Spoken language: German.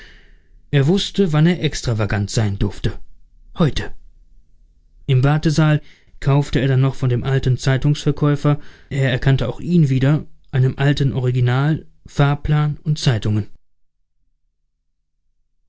er wußte wann er extravagant sein durfte heute im wartesaal kaufte er dann noch von dem alten zeitungsverkäufer er erkannte auch ihn wieder einem alten original fahrplan und zeitungen